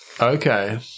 Okay